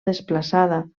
desplaçada